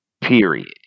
period